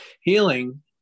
Healing